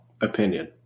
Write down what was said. opinion